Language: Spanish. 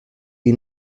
que